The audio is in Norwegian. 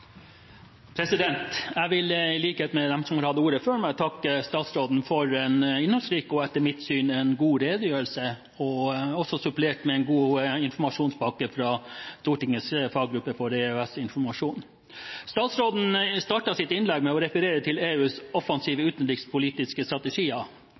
vil i likhet med dem som har hatt ordet før meg, takke statsråden for en innholdsrik og etter mitt syn god redegjørelse, supplert med en god informasjonspakke fra Stortingets faggruppe for EU- og EØS-informasjon. Statsråden startet sitt innlegg med å referere til EUs offensive